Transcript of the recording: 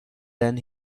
then